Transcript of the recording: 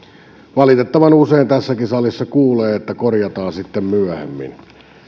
valitettavan usein tässäkin salissa kuulee että korjataan sitten myöhemmin